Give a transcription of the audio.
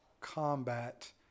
combat